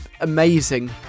amazing